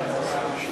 בסדר גמור.